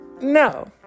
No